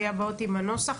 היו בעיות עם הנוסח,